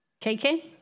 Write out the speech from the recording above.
KK